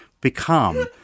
become